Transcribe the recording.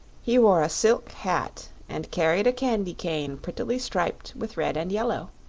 he wore a silk hat and carried a candy cane prettily striped with red and yellow.